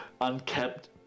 unkept